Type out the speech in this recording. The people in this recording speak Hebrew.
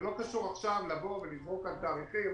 לא קשור לזרוק כאן תאריכים